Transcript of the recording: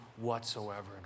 whatsoever